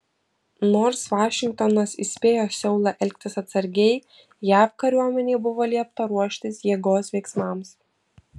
nors vašingtonas įspėjo seulą elgtis atsargiai jav kariuomenei buvo liepta ruoštis jėgos veiksmams